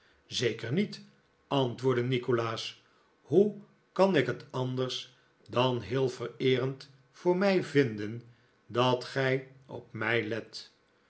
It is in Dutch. zeker niet antwoordde nikolaas hoe kan ik net anders dan heel vereerend voor mij vinden dat gij op mij let